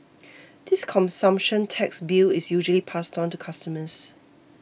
this consumption tax bill is usually passed on to customers